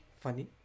funny